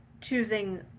choosing